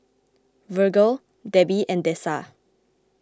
Virgle Debby and Dessa